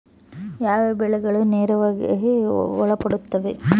ಯಾವ ಬೆಳೆಗಳು ನೇರಾವರಿಗೆ ಒಳಪಡುತ್ತವೆ?